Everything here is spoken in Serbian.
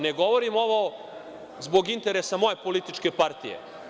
Ne govorim ovo zbog interesa moje političke partije.